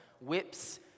whips